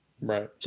Right